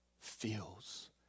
feels